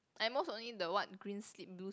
at most only the what green slip blue